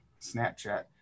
Snapchat